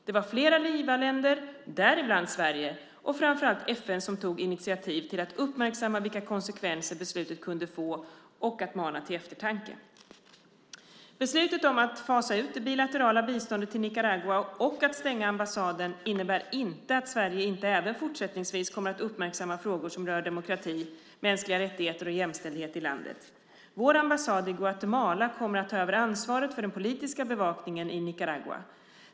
Det var flera givarländer, däribland Sverige, och framför allt FN som tog initiativ till att uppmärksamma vilka konsekvenser beslutet kunde få och att mana till eftertanke. Beslutet om att fasa ut det bilaterala biståndet till Nicaragua och att stänga ambassaden innebär inte att Sverige inte även fortsättningsvis kommer att uppmärksamma frågor som rör demokrati, mänskliga rättigheter och jämställdhet i landet. Vår ambassad i Guatemala kommer att ta över ansvaret för den politiska bevakningen i Nicaragua.